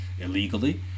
illegally